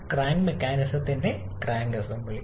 crank മെക്കാനിസത്തിന്റെ crank assembly